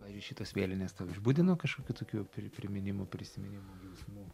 pavyzdžiui šitos vėlinės tau išbudino kažkokių tokių pri priminimų prisiminimų jausmų